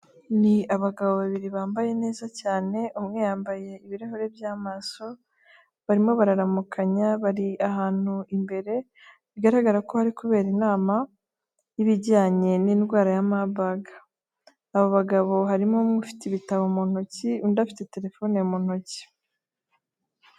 Ni abagabo babiri bambaye neza cyane, umwe yambaye ibirahuri by'amaso, barimo bararamukanya, bari ahantu imbere bigaragara ko hari kubera inama y'ibijyanye n'indwara ya Marburg, abo bagabo harimo umwe ufite ibitabo mu ntoki, undi afite telefone mu ntoki.